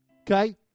okay